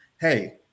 hey